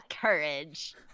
courage